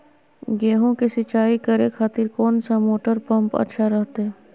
गेहूं के सिंचाई करे खातिर कौन सा मोटर पंप अच्छा रहतय?